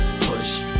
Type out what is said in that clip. push